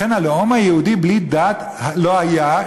לכן הלאום היהודי בלי דת לא היה,